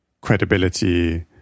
credibility